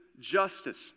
justice